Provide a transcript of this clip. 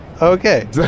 Okay